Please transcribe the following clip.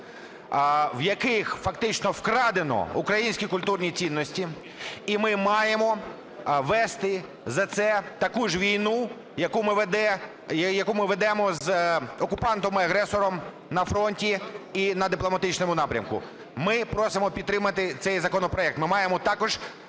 в яких фактично вкрадено українські культурні цінності. І ми маємо вести за це таку ж війну, яку ми ведемо з окупантом і агресором на фронті, на дипломатичному напрямку. Ми просимо підтримати цей законопроект.